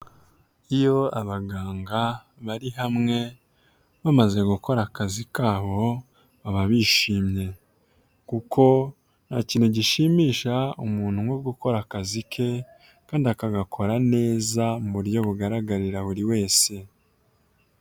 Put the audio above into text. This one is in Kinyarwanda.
Iyo abaganga bari hamwe bamaze gukora akazi kabo baba bishimye. Kuko nta kintu gishimisha umuntu nko gukora akazi ke kandi akagakora neza mu buryo bugaragarira buri wese.